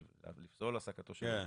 נכון.